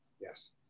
yes